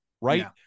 right